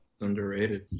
underrated